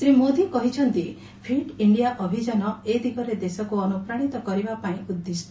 ଶ୍ରୀ ମୋଦି କହିଛନ୍ତି fit India ଅଭିଯାନ ଏଦିଗରେ ଦେଶକୁ ଅନୁପ୍ରାଶିତ କରିବା ପାଇଁ ଉଦ୍ଦିଷ